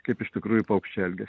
kaip iš tikrųjų paukščiai elgiasi